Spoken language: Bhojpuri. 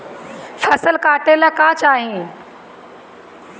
फसल काटेला का चाही?